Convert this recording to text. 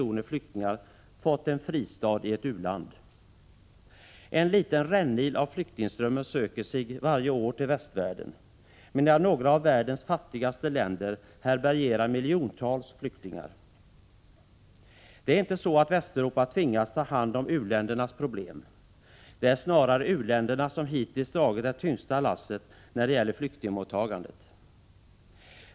1986/87:119 flyktingar fått en fristad i ett u-land. En liten rännil av flyktingströmmen 8 maj 1987 söker sig varje år till västvärlden, medan några av världens fattigaste länder härbärgerar miljontals flyktingar. Det är inte så att Västeuropa tvingats ta hand om u-ländernas problem — det är snarare u-länder som hittills dragit det tyngsta lasset när det gäller flyktingmottagandet.